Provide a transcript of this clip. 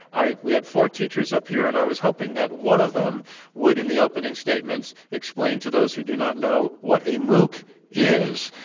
we had four teachers up here, and i was hoping that one of them would, in the opening statements, explain to those who do not know what a mooc is.